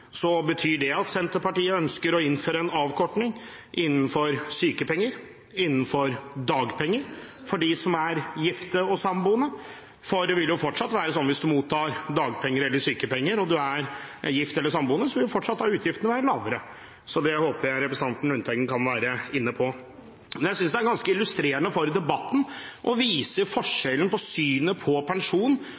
betyr det at Senterpartiet ønsker å innføre en avkortning av sykepenger og dagpenger for de som er gifte og samboende, for det vil jo fortsatt være sånn at hvis man mottar dagpenger eller sykepenger og er gift eller samboende, vil utgiftene fortsatt være lavere. Det håper jeg representanten Lundteigen kan komme inn på. Men jeg synes dette eksemplet er ganske illustrerende for debatten og viser forskjellen mellom Fremskrittspartiets syn på pensjon og det synet